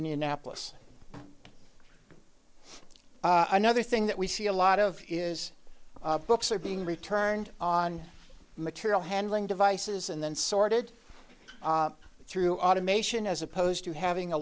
indianapolis another thing that we see a lot of is books are being returned on material handling devices and then sorted through automation as opposed to having a